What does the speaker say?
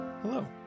Hello